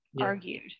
argued